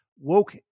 Woke